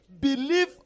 Believe